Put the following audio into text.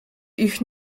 ich